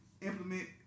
implement